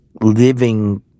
living